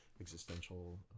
existential